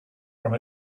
from